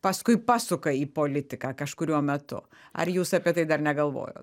paskui pasuka į politiką kažkuriuo metu ar jūs apie tai dar negalvojot